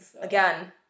Again